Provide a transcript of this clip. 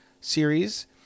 series